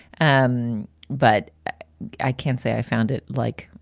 um but i can't say i found it, like,